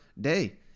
day